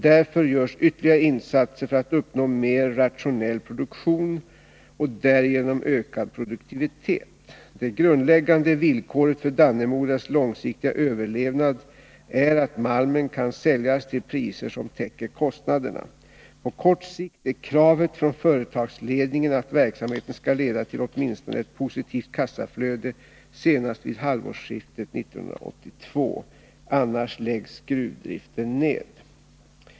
Därför görs ytterligare insatser för att uppnå mer rationell produktion och därigenom ökad produktivitet. Det grundläggande villkoret för Dannemoras långsiktiga överlevnad är att malmen kan säljas till priser som täcker kostnaderna. På kort sikt är kravet från företagsledningen att verksamheten skall leda till åtminstone ett positivt kassaflöde senast vid halvårsskiftet 1982. Annars läggs gruvdriften ned.